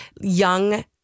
young